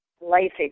life